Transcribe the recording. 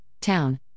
town